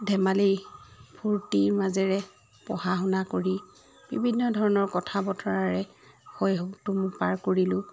ধেমালি ফূৰ্তিৰ মাজেৰে পঢ়া শুনা কৰি বিভিন্ন ধৰণৰ কথা বতৰাৰে শৈশৱটো মোৰ পাৰ কৰিলোঁ